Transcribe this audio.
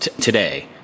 today